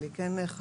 אבל היא כן חשובה,